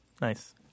Nice